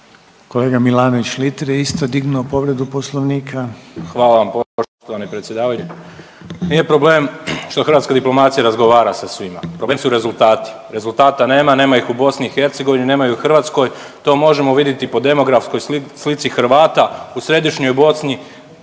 **Milanović Litre, Marko (Hrvatski suverenisti)** Hvala vam poštovani predsjedavajući. Nije problem što hrvatska diplomacija razgovara sa svima, problem su rezultati. Rezultata nema, nema ih u BiH, nema ih u Hrvatskoj to možemo vidjeti i po demografskoj slici Hrvata u središnjoj Bosni,